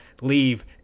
leave